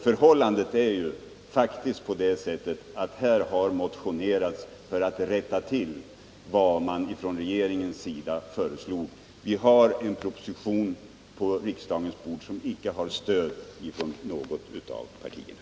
Förhållandet är faktiskt det att det har motionerats för att rätta till vad regeringen föreslagit. Vi har en proposition på riksdagens bord, som icke har stöd från något av partierna.